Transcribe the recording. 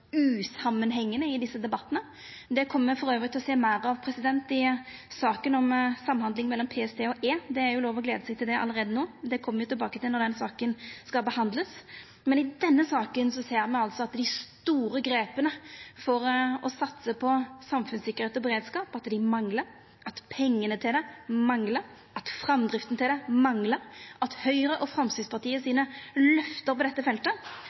i desse debattane. Det kjem me forresten til å sjå meir av i saka om samhandling mellom PST og E-tenesta – det er lov til å gleda seg til det allereie no – det kjem me tilbake til når den saka skal behandlast. Men i denne saka ser me altså at dei store grepa for å satsa på samfunnssikkerheit og beredskap manglar, at pengane til det manglar, at framdrifta til det manglar, og at Høgre og Framstegspartiets løfte på dette feltet